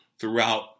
throughout